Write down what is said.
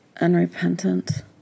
unrepentant